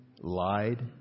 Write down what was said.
lied